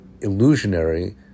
illusionary